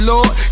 Lord